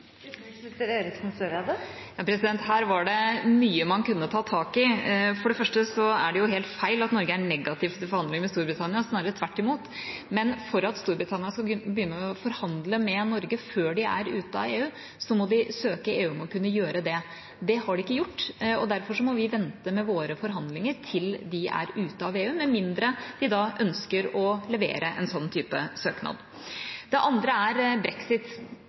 Her var det mye man kunne tatt tak i. For det første er det jo helt feil at Norge er negativ til forhandlinger med Storbritannia, snarere tvert imot. Men for at Storbritannia skal begynne å forhandle med Norge før de er ute av EU, må de søke EU om å kunne gjøre det. Det har de ikke gjort, og derfor må vi vente med våre forhandlinger til de er ute av EU, med mindre de da ønsker å levere en sånn type søknad. Det andre er brexit.